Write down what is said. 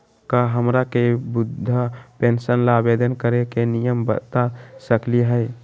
का हमरा के वृद्धा पेंसन ल आवेदन करे के नियम बता सकली हई?